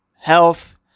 health